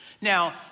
Now